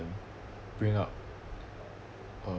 bring up uh